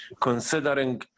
considering